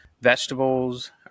vegetables